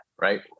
right